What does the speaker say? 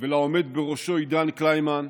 ולעומד בראשו, עידן קליימן,